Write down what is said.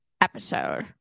episode